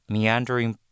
Meandering